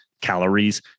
calories